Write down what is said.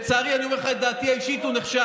לצערי, אני אומר לך את דעתי האישית, הוא נכשל.